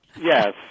yes